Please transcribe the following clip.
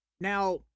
now